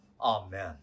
Amen